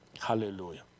Hallelujah